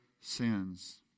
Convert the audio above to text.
sins